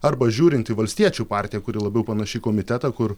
arba žiūrint į valstiečių partiją kuri labiau panaši į komitetą kur